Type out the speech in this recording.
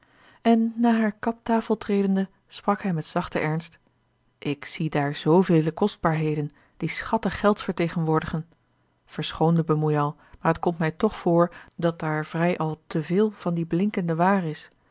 en naar hare kaptafel tredende sprak hij met zachten ernst ik zie daar zvele kostbaarheden die schatten gelds vertegenwoordigen verschoon den bemoeial maar het komt mij toch voor dat daar vrij al te veel van die blinkende waar is